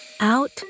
out